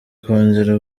kongera